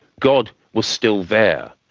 god was still there,